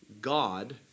God